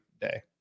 day